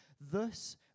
Thus